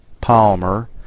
Palmer